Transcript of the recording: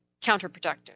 counterproductive